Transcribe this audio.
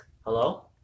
Hello